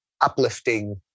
uplifting